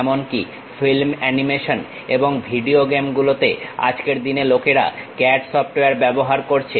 এমনকি film animation এবং video game গুলোতে আজকের দিনে লোকেরা CAD সফটওয়্যার ব্যবহার করছে